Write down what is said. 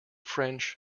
french